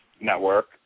Network